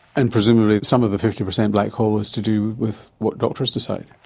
and presumably some of the fifty per cent black hole is to do with what doctors decide.